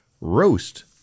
roast